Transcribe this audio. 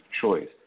choice